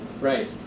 Right